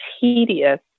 tedious